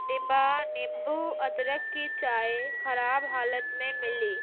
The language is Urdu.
دیبا نمبو ادرک کی چائے خراب حالت میں ملی